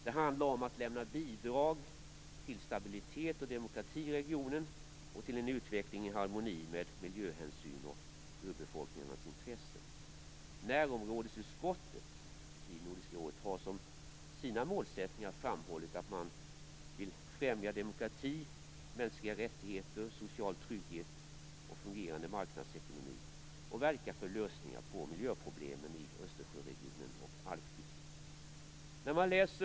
Det handlar om att lämna bidrag till stabilitet och demokrati i regionen och till en utveckling i harmoni med miljöhänsyn och urbefolkningarnas intressen. Närområdesutskottet i Nordiska rådet har som sina målsättningar framhållit att man vill främja demokrati, mänskliga rättigheter, social trygghet och fungerande marknadsekonomi samt verka för lösningar på miljöproblemen i Östersjöregionen och Arktis.